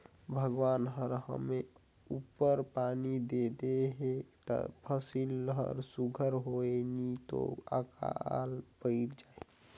भगवान हर समे उपर पानी दे देहे ता फसिल हर सुग्घर होए नी तो अकाल पइर जाए